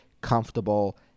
comfortable